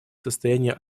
состоянии